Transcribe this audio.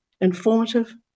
informative